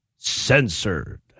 censored